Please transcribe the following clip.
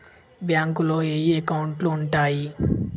బ్యాంకులో ఏయే అకౌంట్లు ఉంటయ్?